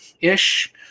ish